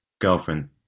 girlfriend